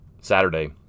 Saturday